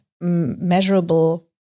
measurable